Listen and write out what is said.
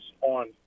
on